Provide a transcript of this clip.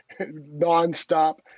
nonstop